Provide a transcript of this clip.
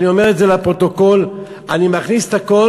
אני אומר את זה לפרוטוקול: אני מכניס את הכול,